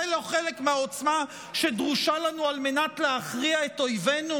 זה לא חלק מהעוצמה שדרושה לנו על מנת להכריע את אויבינו?